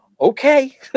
okay